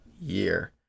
year